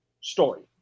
story